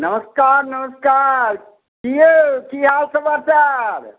नमस्कार नमस्कार की यौ की हाल समाचार